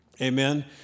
Amen